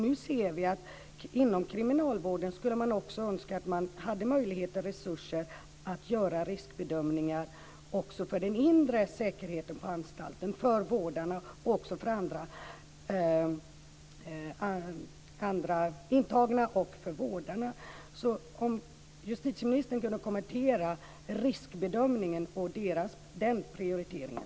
Nu ser vi att man inom kriminalvården önskar att man hade möjligheter och resurser att göra riskbedömningar också för den inre säkerheten på anstalten - för andra intagna och för vårdarna. Det vore bra om justitieministern kunde kommentera diskussionen om riskbedömning och den prioriteringen.